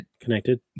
connected